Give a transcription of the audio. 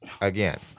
again